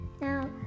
Now